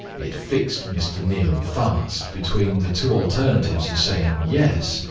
it fixed mr. neal fast between the two alternatives of saying yes,